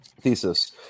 thesis